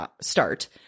start